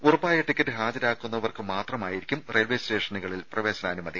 ഉറപ്പായ ടിക്കറ്റ് ഹാജരാക്കുന്നവർക്ക് മാത്രമായിരിക്കും റെയിൽവെസ്റ്റേഷനുകളിൽ പ്രവേശനാനുമതി